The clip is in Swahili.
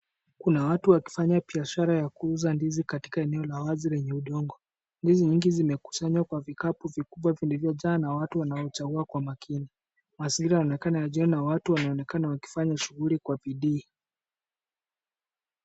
Kuna watu wakifanya biashara ya kuuza ndizi katika eneo la wazi lenye udongo. Ndizi mingi zimekusanywa kwa vikapu vikubwa vilivyojaa na watu wanaochagua kwa makini. Mazingira yanaonekana njiani na watu wanaonekana wakifanya shughuli kwa bidii.